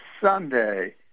Sunday